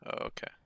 okay